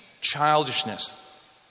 Childishness